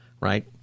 right